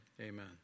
amen